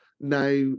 Now